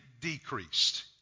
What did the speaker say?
decreased